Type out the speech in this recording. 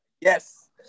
yes